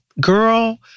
girl